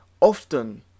Often